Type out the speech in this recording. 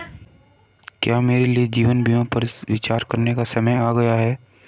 क्या मेरे लिए जीवन बीमा पर विचार करने का समय आ गया है?